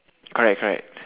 correct correct